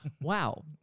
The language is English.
Wow